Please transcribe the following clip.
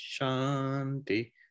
Shanti